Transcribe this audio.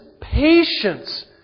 patience